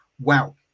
Wow